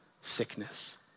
sickness